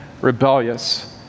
rebellious